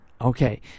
Okay